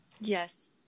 Yes